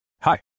Hi